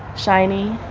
shiny,